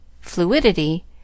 fluidity